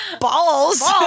Balls